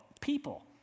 people